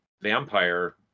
vampire